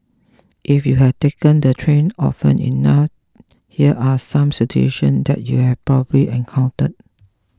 if you have taken the train often enough here are some situation that you'd have probably encountered